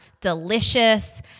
delicious